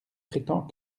prétend